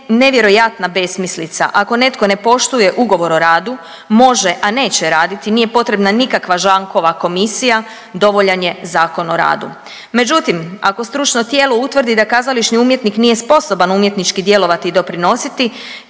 nevjerojatna besmislica, ako netko ne poštuje ugovor o radu može, a neće raditi nije potrebna nikakva Žankova komisija, dovoljan je Zakon o radu. Međutim, ako stručno tijelo utvrdi da kazališni umjetnik nije sposoban umjetnički djelovati i doprinositi